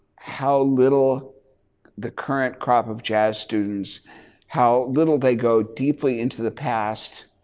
how little the current crop of jazz students how little they go deeply into the past